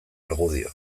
argudio